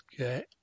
Okay